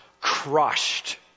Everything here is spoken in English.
Crushed